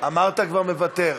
אמרת כבר מוותר.